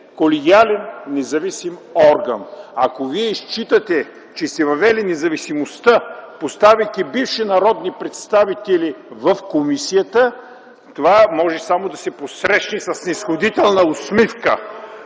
колегиален независим орган. Ако Вие считате, че сте въвели независимостта, поставяйки бивши народни представители в комисията, това може само да се посрещне със снизходителна усмивка.